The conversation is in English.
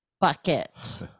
bucket